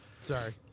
sorry